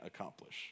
accomplish